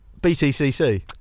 BTCC